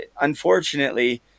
unfortunately